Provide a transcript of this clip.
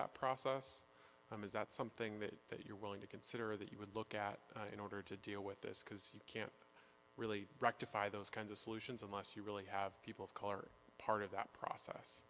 that process is that something that you're willing to consider that you would look at in order to deal with this because you can't really rectify those kinds of solutions unless you really have people of color are part of that process